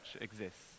exists